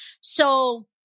So-